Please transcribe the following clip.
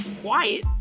quiet